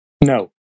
No